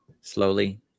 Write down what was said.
slowly